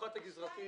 המח"ט הגזרתי